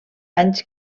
anys